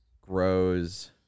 grows